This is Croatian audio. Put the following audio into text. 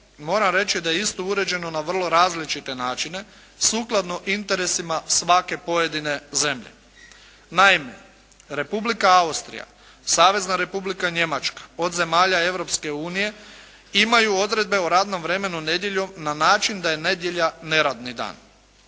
moram reći da je isto uređeno na vrlo različite načine sukladno interesima svake pojedine zemlje. Naime Republika Austrija, Savezna Republika Njemačka od zemalja Europske unije imaju odredbe o radnom vremenu nedjeljom na način da je nedjelja neradni dan.